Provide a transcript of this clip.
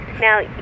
Now